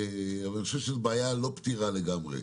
ואני חושב שזאת בעיה לא פתירה לגמרי,